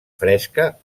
fresca